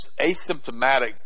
asymptomatic